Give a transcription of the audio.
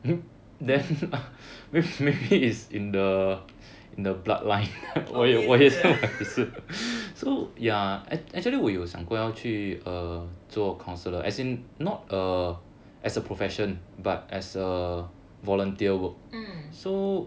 oh 你也是 mm